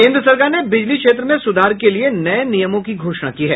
केन्द्र सरकार ने बिजली क्षेत्र में सुधार के लिए नये नियमों की घोषणा की है